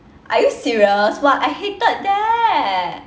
are you serious !wah! I hated that